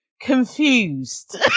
confused